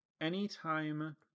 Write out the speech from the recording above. Anytime